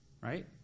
right